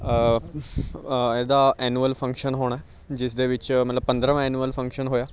ਇਹਦਾ annual function ਹੋਣਾ ਜਿਸ ਦੇ ਵਿੱਚ ਮਤਲਬ ਪੰਦਰਵਾਂ ਐਨੂਅਲ ਫੰਕਸ਼ਨ ਹੋਇਆ